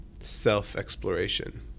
self-exploration